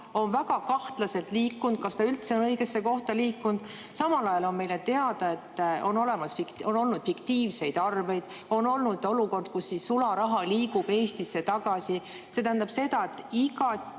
on väga kahtlaselt liikunud, kas see üldse on õigesse kohta liikunud. Samal ajal on meile teada, et on olnud fiktiivseid arveid, on olnud olukord, kus sularaha liigub Eestisse tagasi. See tähendab seda, et on